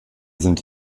sind